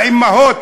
האימהות,